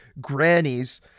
grannies